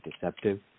deceptive